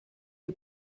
die